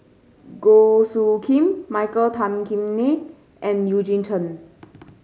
Goh Soo Khim Michael Tan Kim Nei and Eugene Chen